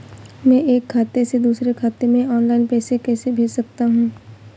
मैं एक खाते से दूसरे खाते में ऑनलाइन पैसे कैसे भेज सकता हूँ?